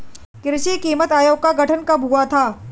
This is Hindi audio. कृषि कीमत आयोग का गठन कब हुआ था?